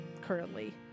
currently